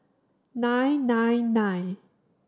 nine nine nine